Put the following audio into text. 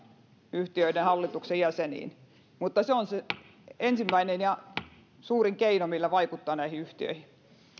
yhtiöiden hallituksen jäseniin mutta se on se ensimmäinen ja suurin keino millä vaikuttaa näihin yhtiöihin